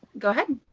go ahead,